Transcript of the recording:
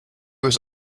was